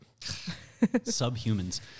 subhumans